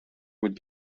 would